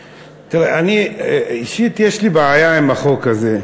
תראה, אני אישית, יש לי בעיה עם החוק הזה.